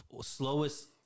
slowest